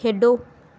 ਖੇਡੋ